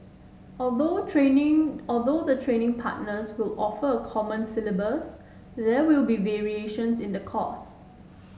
although training although the training partners will offer a common syllabus there will be variations in the course